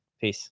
Peace